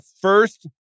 first